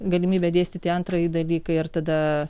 galimybę dėstyti antrąjį dalyką ir tada